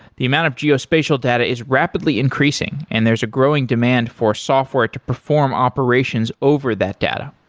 the amount of geospatial data is rapidly increasing and there's a growing demand for software to perform operations over that data.